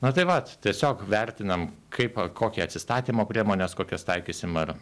na tai vat tiesiog vertinam kaip kokie atsistatymo priemonės kokias taikysim ar